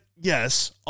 yes